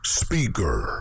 speaker